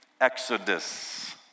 exodus